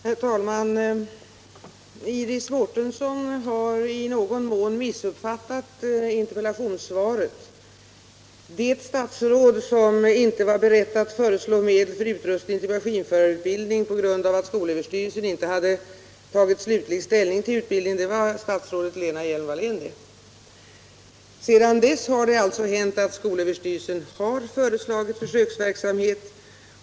Herr talman! Iris Mårtensson har i någon mån missuppfattat interpellationssvaret. Det statsråd som inte var beredd att föreslå medel för utrustning till maskinförarutbildning på grund av att skolöverstyrelsen inte tagit slutlig ställning till utbildningen var statsrådet Lena Hjelm Wallén. Efter det har alltså skolöverstyrelsen föreslagit en försöksverksamhet.